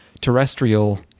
terrestrial